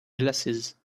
glasses